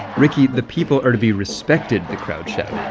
ricky, the people are to be respected, the crowd shouted.